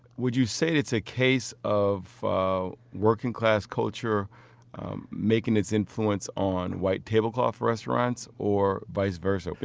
would you say it's a case of working-class culture making its influence on white-tablecloth restaurants or vice versa?